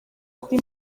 kuri